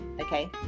okay